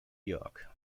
york